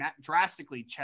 drastically